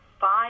five